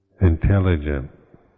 Intelligent